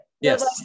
Yes